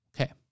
Okay